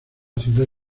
ciudad